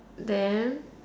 then